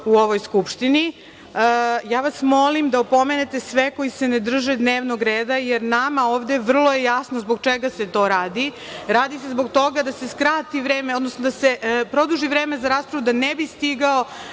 u ovoj Skupštini. Molim vas da opomenete sve koji se ne drže dnevnog reda, jer nama ovde vrlo je jasno zbog čega se to radi. Radi se zbog toga da se skrati vreme, odnosno da se produži vreme za raspravu da ne bismo